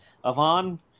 Avon